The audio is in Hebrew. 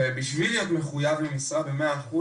ובשביל להיות מחוייב למשרה במאה אחוז